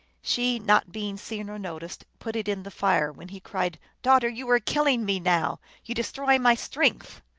she, not being seen or noticed, put it in the fire, when he cried, daughter, you are killing me now you destroy my strength.